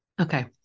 Okay